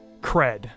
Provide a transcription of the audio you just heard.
cred